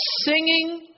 singing